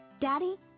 Daddy